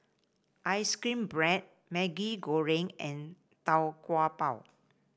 ice cream bread Maggi Goreng and Tau Kwa Pau